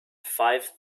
five